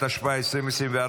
התשפ"ה 2024,